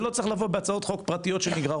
זה לא צריך להיות בהצעות חוק פרטיות שנגררות.